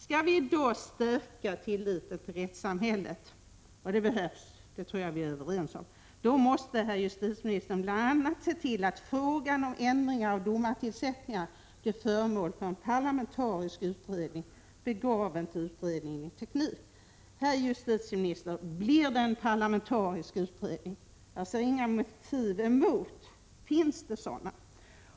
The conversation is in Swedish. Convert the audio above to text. Skall vi i dag stärka tilliten till rättssamhället — och det behövs, det tror jag att vi är överens om — då måste herr justitieministern bl.a. se till att frågan om ändringar av domartillsättningar blir föremål för en parlamentarisk utredning. Begrav inte utredningen i teknik! Herr justitieminister! Blir det en parlamentarisk utredning? Jag ser inga motiv mot en sådan? Finns det sådana?